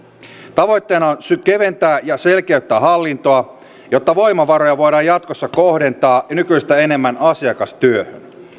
tavoitteena on keventää ja selkeyttää hallintoa jotta voimavaroja voidaan jatkossa kohdentaa nykyistä enemmän asiakastyöhön